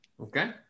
Okay